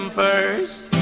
first